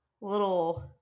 little